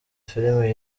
filime